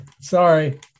sorry